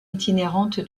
itinérante